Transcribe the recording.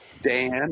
Dan